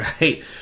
right